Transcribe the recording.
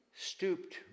stooped